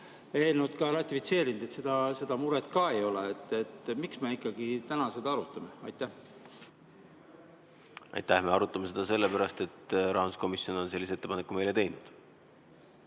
eelnõu ratifitseerinud, nii et seda muret ka ei ole. Miks me ikkagi täna seda arutame? Aitäh! Me arutame seda sellepärast, et rahanduskomisjon on sellise ettepaneku meile teinud.